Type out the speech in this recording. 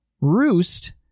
roost